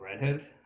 Redhead